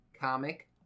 comic